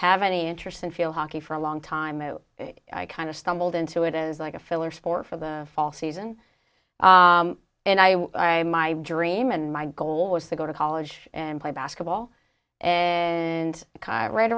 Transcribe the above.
have any interest in field hockey for a long time and i kind of stumbled into it as like a filler sport for the fall season and i am my dream and my goal was to go to college and play basketball and chi right